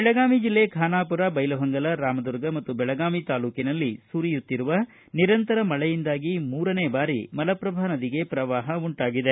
ಬೆಳಗಾವಿ ಜಿಲ್ಲೆ ಖಾನಾಪೂರ ಬೈಲಹೊಂಗಲ ರಾಮದುರ್ಗ ಮತ್ತು ಬೆಳಗಾವಿ ತಾಲೂಕಿನಲ್ಲಿ ಸುರಿಯುತ್ತಿರುವ ನಿರತಂರ ಮಳೆಯಿಂದಾಗಿ ಮೂರನೇಬಾರಿ ಮಲಪ್ರಭಾ ನದಿಗೆ ಪ್ರವಾಪ ಉಂಟಾಗಿದೆ